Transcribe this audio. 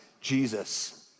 Jesus